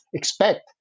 expect